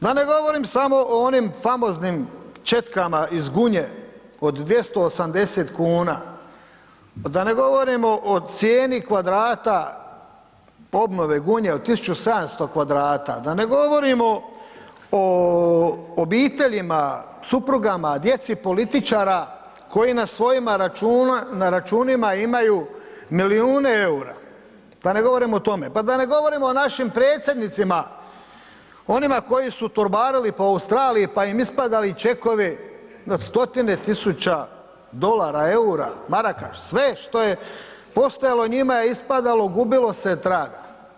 Da ne govorim samo o onim famoznim četkama iz Gunje od 280,00 kn, da ne govorimo o cijeni kvadrata obnove Gunje od 1700 m2, da ne govorimo o obiteljima, suprugama, djeci političara koji na svojim računima imaju milijune EUR-a, da ne govorimo o tome, pa da ne govorimo o našim predsjednicima, onima koji su torbarili po Australiji, pa im ispadali čekovi od stotine tisuća dolara, EUR-a, maraka, sve što je postojalo njima je ispadalo, gubilo se traga.